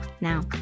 now